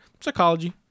Psychology